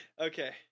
Okay